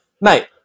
mate